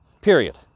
Period